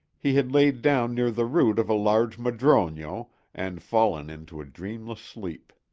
he had lain down near the root of a large madrono and fallen into a dreamless sleep.